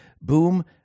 boom